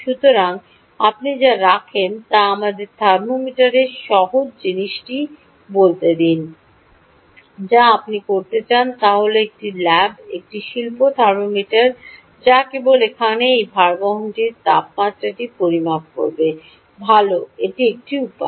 সুতরাং আপনি যা রাখেন তা আমাদের থার্মোমিটারের সহজ জিনিসটি বলতে দিন যা আপনি করতে চান তা হল একটি ল্যাব বা একটি শিল্প থার্মোমিটার যা কেবল এখানে এই ভারবহনটির তাপমাত্রাটি পরিমাপ করবে ভাল এটি একটি উপায়